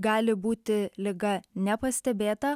gali būti liga nepastebėta